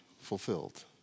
fulfilled